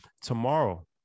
Tomorrow